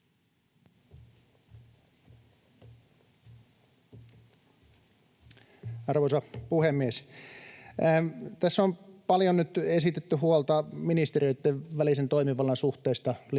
Arvoisa puhemies! Tässä on paljon nyt esitetty huolta ministeriöitten välisen toimivallan suhteesta liittyen